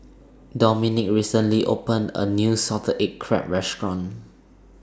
Domenick recently opened A New Salted Egg Crab Restaurant